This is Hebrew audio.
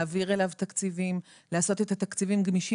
להעביר אליו תקציבים ולאפשר גמישות בתקציבים,